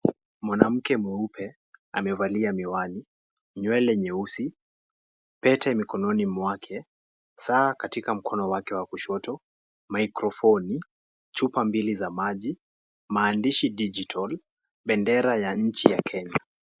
Mwanamke mweupe, amevalia miwani, nywele nyeusi, pete mikononi mwake, saa katika mkono wake wa kushoto, mikrofoni, chupa mbili za maji, maandishi digital , bendera ya nchi ya Kenya.